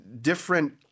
different